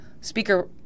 speaker